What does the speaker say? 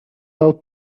out